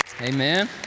Amen